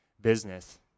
business